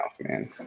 man